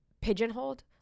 pigeonholed